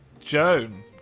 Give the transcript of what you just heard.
Joan